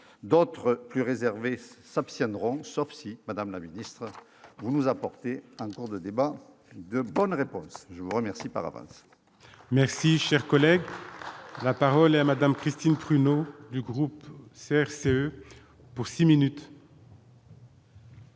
d'autres plus réservés s'abstiendront sauf si madame la ministre, vous nous apporter un temps de débat de bonne réponse, je vous remercie par avance. Merci, cher collègue, la parole est à madame Christine Pruneau. Le groupe CRCE pour 6 minutes.